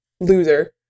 loser